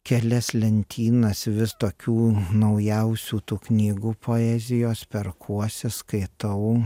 kelias lentynas vis tokių naujausių tų knygų poezijos perkuosi skaitau